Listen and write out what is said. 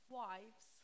wives